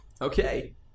Okay